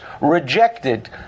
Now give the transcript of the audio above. rejected